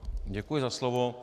Děkuji za slovo.